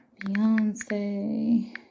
Beyonce